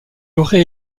aurait